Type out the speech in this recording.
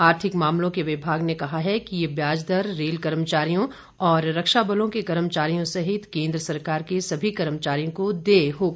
आर्थिक मामलों के विभाग ने कहा है कि ये ब्याज दर रेल कर्मचारियों और रक्षा बलों के कर्मचारियों सहित केन्द्र सरकार के सभी कर्मचारियों को देय होगा